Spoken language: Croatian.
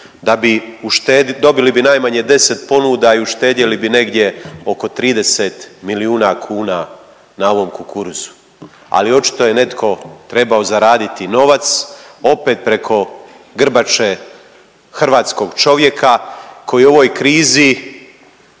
dobili bi najmanje 10 ponuda i uštedjeli bi negdje oko 30 milijuna kuna na ovom kukuruzu, ali očito je netko trebao zaraditi novac opet preko grbače hrvatskog čovjeka koji u ovoj krizi